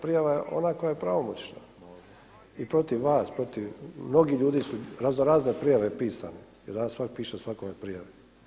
Prijava je ona koja je pravomoćna i protiv vas i protiv mnogih ljudi su raznorazne prijave pisane jer danas svak piše svakome prijave.